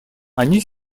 они